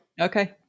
Okay